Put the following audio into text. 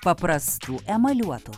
paprastų emaliuotų